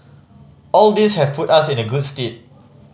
all these have put us in the good stead